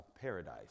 paradise